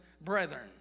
brethren